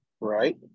Right